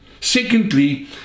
Secondly